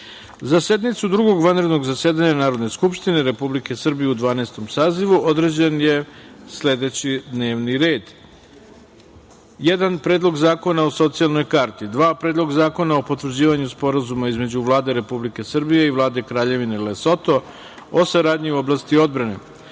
sednicu Drugog vanrednog zasedanja Narodne skupštine Republike Srbije u Dvanaestom sazivu, određen je sledećiD n e v n i r e d:1. Predlog zakona o socijalnoj karti,2. Predlog zakona o potvrđivanju Sporazuma između Vlade Republike Srbije i Vlade Kraljevine Lesoto o saradnji u oblasti odbrane,3.